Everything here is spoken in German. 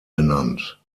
genannt